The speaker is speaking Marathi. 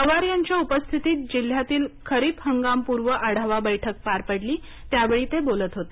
पवार यांच्या उपस्थितीत जिल्ह्यातील खरीप हंगामपूर्व आढावा बैठक पार पडलीत्या वेळी ते बोलत होते